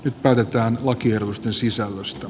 nyt päätetään lakiehdotusten sisällöstä